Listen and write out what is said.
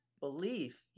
belief